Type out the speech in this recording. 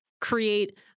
create